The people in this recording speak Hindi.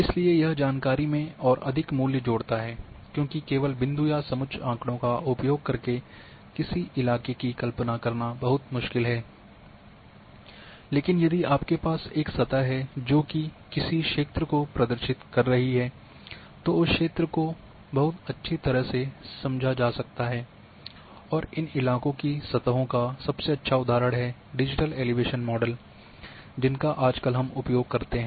इसलिए यह जानकारी में और अधिक मूल्य जोड़ता है क्योंकि केवल बिंदु या समुच्च आँकड़ों का उपयोग करके किसी इलाके की कल्पना करना बहुत मुश्किल है लेकिन यदि आपके पास एक सतह है जोकि किसी क्षेत्र को प्रदर्शित कर रही है तो उस क्षेत्र को बहुत अच्छी तरह से समझा जा सकता है और इन इलाकों की सतहों का सबसे अच्छा उदाहरण है डिजिटल एलिवेशन मॉडल जिनका आजकल हम उपयोग करते हैं